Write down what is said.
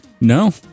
No